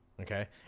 Okay